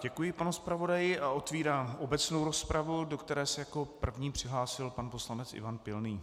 Děkuji panu zpravodaji a otevírám obecnou rozpravu, do které se jako první přihlásil pan poslanec Ivan Pilný.